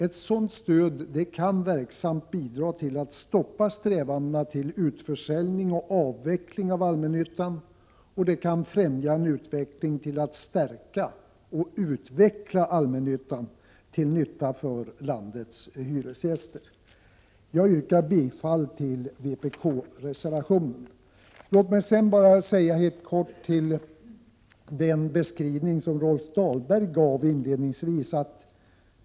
Ett sådant stöd kan verksamt bidra till att stoppa strävandena till utförsäljning och avveckling av allmännyttan, och det kan främja en utveckling mot att stärka och utveckla allmännyttan till gagn för landets hyresgäster. Jag yrkar bifall till vpk-reservationen. Låt mig sedan helt kort kommentera den beskrivning som Rolf Dahlberg gav inledningsvis.